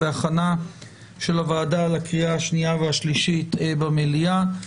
בהכנה של הוועדה לקריאה השנייה והשלישית במליאה.